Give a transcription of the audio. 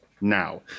now